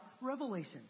revelation